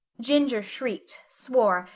ginger shrieked, swore,